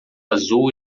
azul